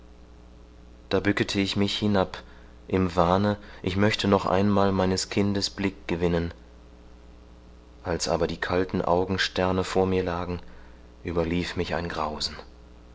da bückete ich mich hinab im wahne ich möchte noch einmal meines kindes blick gewinnen als aber die kalten augensterne vor mir lagen überlief mich grausen